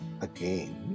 again